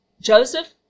Joseph